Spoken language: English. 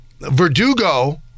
Verdugo